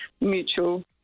mutual